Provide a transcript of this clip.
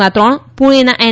માં ત્રણ પૂણેના એન